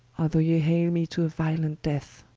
although ye hale me to a violent death